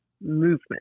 movement